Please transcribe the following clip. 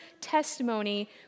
testimony